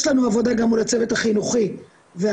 יש לנו עבודה גם מול הצוות החינוכי וההורים.